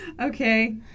Okay